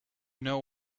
know